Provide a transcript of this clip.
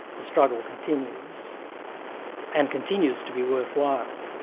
the struggle continues and continues to be worthwhile.